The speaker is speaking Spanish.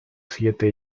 siete